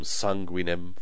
sanguinem